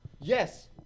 Yes